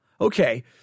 okay